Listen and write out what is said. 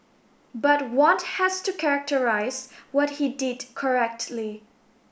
but one has to characterise what he did correctly